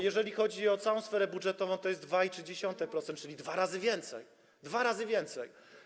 Jeżeli chodzi o całą sferę budżetową, to jest 2,3%, czyli dwa razy więcej - dwa razy więcej.